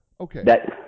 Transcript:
okay